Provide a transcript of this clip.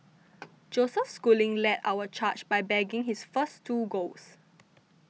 Joseph Schooling led our charge by bagging his first two golds